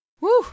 Woo